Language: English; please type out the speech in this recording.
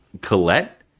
Colette